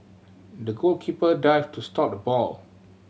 the goalkeeper dived to stop the ball